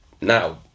now